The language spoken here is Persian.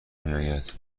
میاید